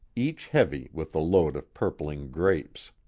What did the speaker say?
each heavy with the load of purpling grapes.